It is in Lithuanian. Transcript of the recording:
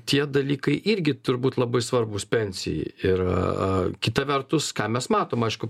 tie dalykai irgi turbūt labai svarbūs pensijai ir kita vertus ką mes matom aišku